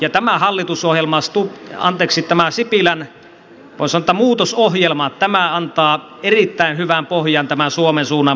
ja tämä hallitusohjelma tämä sipilän voi sanoa muutosohjelma antaa erittäin hyvän pohjan suomen suunnan muuttamiselle